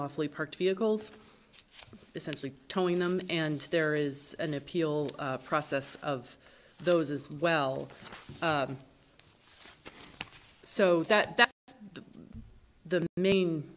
awfully parked vehicles essentially towing them and there is an appeal process of those as well so that that's the main